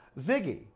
Ziggy